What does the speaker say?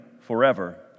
forever